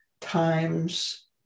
times